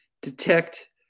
detect